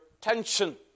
tension